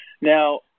Now